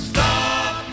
Stop